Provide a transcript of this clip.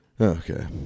Okay